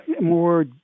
more